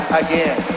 again